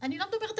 היום לא מספיק